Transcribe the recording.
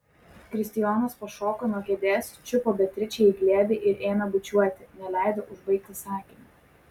kristijonas pašoko nuo kėdės čiupo beatričę į glėbį ir ėmė bučiuoti neleido užbaigti sakinio